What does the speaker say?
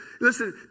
listen